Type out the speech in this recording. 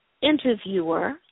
interviewer